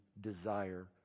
desire